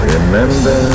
Remember